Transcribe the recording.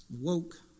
Woke